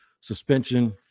suspension